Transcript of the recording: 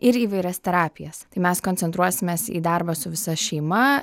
ir įvairias terapijas tai mes koncentruosimės į darbą su visa šeima